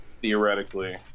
theoretically